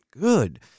good